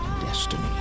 destiny